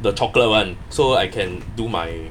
the chocolate [one] so I can do my